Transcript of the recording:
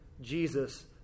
Jesus